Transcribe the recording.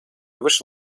выше